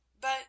but